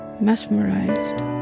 mesmerized